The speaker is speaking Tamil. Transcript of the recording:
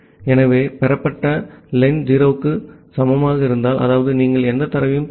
ஆகவே பெறப்பட்ட லென் 0 க்கு சமமாக இருந்தால் அதாவது நீங்கள் எந்த தரவையும் பெறவில்லை